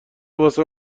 واسه